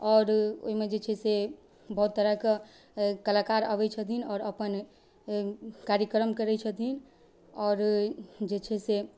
आओर ओहिमे जे छै से बहुत तरहके कलाकार अबै छथिन आओर अपन कार्यक्रम करै छथिन आओर जे छै से